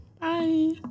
Bye